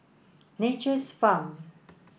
Nature's Farm